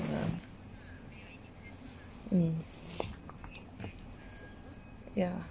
yeah mm yeah